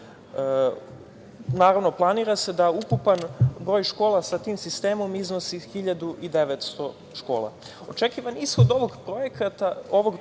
Naravno, planira se da ukupan broj škola sa tim sistemom iznosi 1.900 škola. Očekivan ishod ovog projekta je pružanje